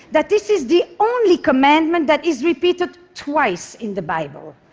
that this is the only commandment that is repeated twice in the bible